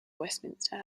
westminster